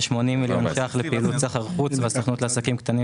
כ-80 מיליון שקלים לפעילות סחר חוץ והסוכנות לעסקים קטנים